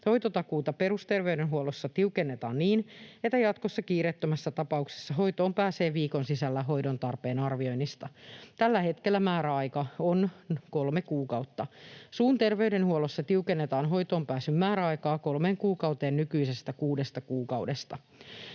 Hoitotakuuta perusterveydenhuollossa tiukennetaan niin, että jatkossa kiireettömässä tapauksessa hoitoon pääsee viikon sisällä hoidon tarpeen arvioinnista. Tällä hetkellä määräaika on kolme kuukautta. Suun terveydenhuollossa tiukennetaan hoitoonpääsyn määräaikaa kolmeen kuukauteen nykyisestä kuudesta kuukaudesta.